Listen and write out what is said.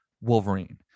Wolverine